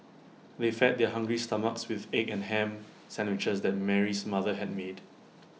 they fed their hungry stomachs with the egg and Ham Sandwiches that Mary's mother had made